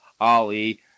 Ali